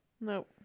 No